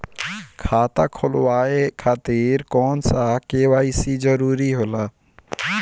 खाता खोलवाये खातिर कौन सा के.वाइ.सी जरूरी होला?